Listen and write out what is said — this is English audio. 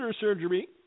surgery